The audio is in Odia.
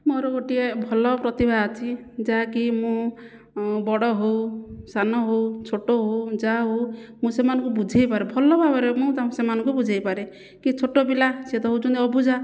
ମୋର ଗୋଟିଏ ଭଲ ପ୍ରତିଭା ଅଛି ଯାହାକି ମୁଁ ବଡ଼ ହେଉ ସାନ ହେଉ ଛୋଟ ହେଉ ଯାହା ହେଉ ମୁଁ ସେମାନଙ୍କୁ ବୁଝାଇ ପାରେ ଭଲ ଭାବରେ ମୁଁ ସେମାନଙ୍କୁ ବୁଝାଇପାରେ କି ଛୋଟ ପିଲା ସେ ହେଉଛନ୍ତି ଅବୁଝା